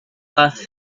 last